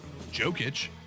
Jokic